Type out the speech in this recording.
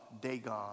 Dagon